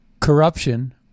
corruption